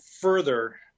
further